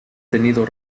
tenido